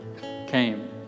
came